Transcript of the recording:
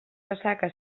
ressaca